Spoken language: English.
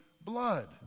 blood